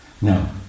no